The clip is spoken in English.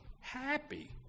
happy